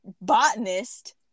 botanist